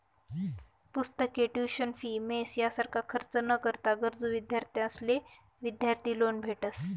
पुस्तके, tuition fee, mess यासारखा खर्च ना करता गरजू विद्यार्थ्यांसले विद्यार्थी लोन भेटस